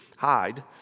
hide